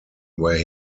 where